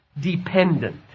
dependent